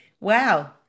wow